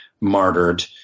martyred